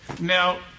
Now